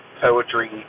poetry